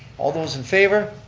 all those in favor?